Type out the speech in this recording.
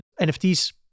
NFTs